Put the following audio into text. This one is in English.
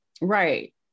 right